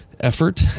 effort